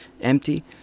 empty